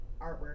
artwork